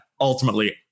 ultimately